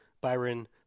Byron